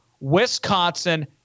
Wisconsin